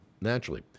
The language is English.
naturally